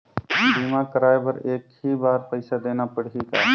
बीमा कराय बर एक ही बार पईसा देना पड़ही का?